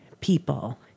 people